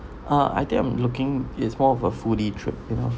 uh I think I'm looking is more of a foodie trip you know